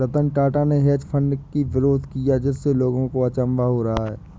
रतन टाटा ने hedge fund की विरोध किया जिससे लोगों को अचंभा हो रहा है